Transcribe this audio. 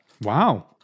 Wow